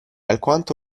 alquanto